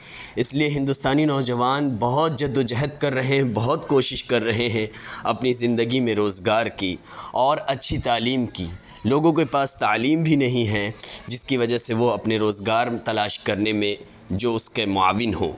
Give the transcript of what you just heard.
اس لیے ہندوستانی نوجوان بہت جدوجہد کر رہے ہیں بہت کوشش کر رہے ہیں اپنی زندگی میں روزگار کی اور اچھی تعلیم کی لوگوں کے پاس تعلیم بھی نہیں ہے جس کی وجہ سے وہ اپنے روزگار تلاش کرنے میں جو اس کے معاون ہو